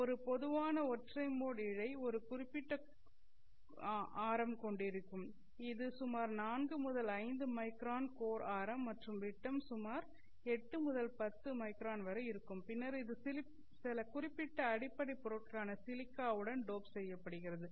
ஒரு பொதுவான ஒற்றை மோட் இழை ஒரு குறிப்பிட்ட கோர் ஆரம் கொண்டிருக்கும் சரி இது சுமார் 4 முதல் 5 மைக்ரான் கோர் ஆரம் மற்றும் விட்டம் சுமார் 8 முதல் 10 மைக்ரான் வரை இருக்கும் பின்னர் இது சில குறிப்பிட்ட அடிப்படை பொருட்களான சிலிக்கா உடன் டோப் செய்யப்படுகிறது